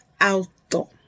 alto